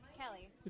Kelly